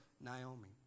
Naomi